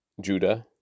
Judah